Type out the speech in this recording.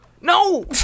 No